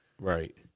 right